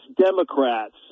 Democrats